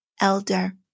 elder